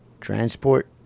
transport